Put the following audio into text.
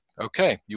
okay